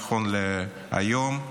נכון להיום,